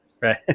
Right